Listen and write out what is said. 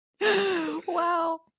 wow